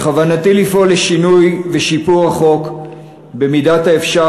בכוונתי לפעול לשינוי ושיפור החוק במידת האפשר,